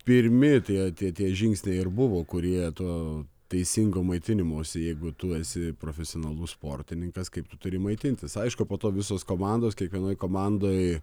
pirmi tie tie tie žingsniai ir buvo kurie to teisingo maitinimosi jeigu tu esi profesionalus sportininkas kaip tu turi maitintis aišku po to visos komandos kiekvienoj komandoj